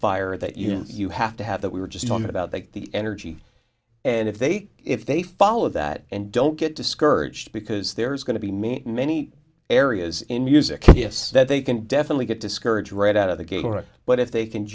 fire that you know you have to have that we were just talking about the energy and if they if they follow that and don't get discouraged because there's going to be many many areas in music yes they can definitely get discouraged right out of the game but if they can